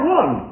one